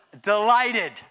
delighted